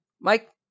Mike